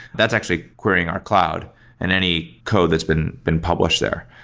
that's actually querying our cloud and any code that's been been published there.